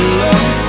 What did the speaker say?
love